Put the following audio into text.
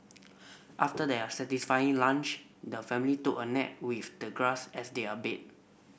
after their satisfying lunch the family took a nap with the grass as their bed